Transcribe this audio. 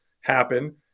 happen